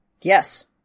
Yes